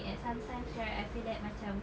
and sometimes right I feel like macam